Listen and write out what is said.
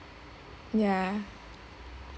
ya